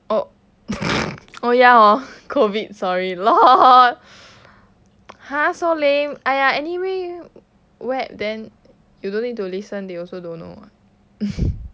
oh oh ya hor COVID sorry lol !huh! so lame !aiya! anyway web then you don't need to listen they also don't know [what]